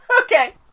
Okay